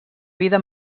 vida